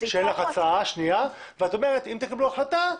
שאין לך הצעה ואת אומרת שאם תקבלו החלטה,